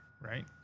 right